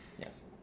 Yes